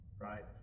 right